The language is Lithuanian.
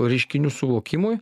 reiškinių suvokimui